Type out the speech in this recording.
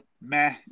meh